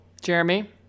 Jeremy